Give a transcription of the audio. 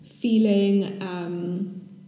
feeling